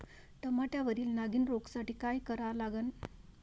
टमाट्यावरील नागीण रोगसाठी काय करा लागन?